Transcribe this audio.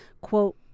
quote